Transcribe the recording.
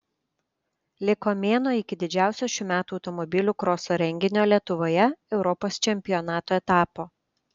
liko mėnuo iki didžiausio šių metų automobilių kroso renginio lietuvoje europos čempionato etapo